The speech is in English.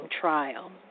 trial